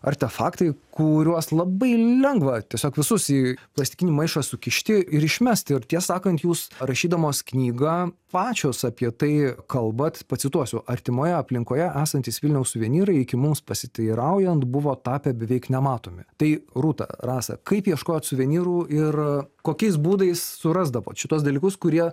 artefaktai kuriuos labai lengva tiesiog visus į plastikinį maišą sukišti ir išmesti ir tiesą sakant jūs rašydamos knyga pačios apie tai kalbat pacituosiu artimoje aplinkoje esantys vilniaus suvenyrai iki mums pasiteiraujant buvo tapę beveik nematomi tai rūta rasa kaip ieškojot suvenyrų ir kokiais būdais surasdavot šituos dalykus kurie